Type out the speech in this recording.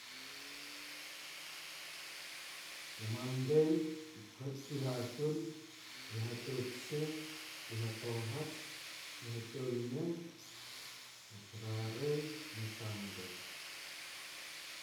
Mandei, kuihatol, hatopsa, hatohats, hatolma, srarei, sunday.